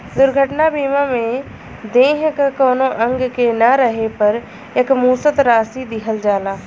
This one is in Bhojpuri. दुर्घटना बीमा में देह क कउनो अंग के न रहे पर एकमुश्त राशि दिहल जाला